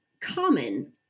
common